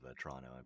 Toronto